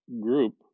group